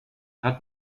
hat